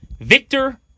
Victor